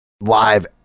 live